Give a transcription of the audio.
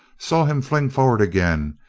saw him fling forward again,